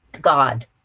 God